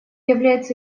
является